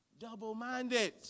double-minded